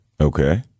Okay